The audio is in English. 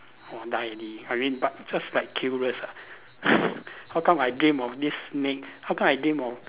oh die already I mean but just like curious ah how come I dream of this snake how come I dream of